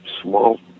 small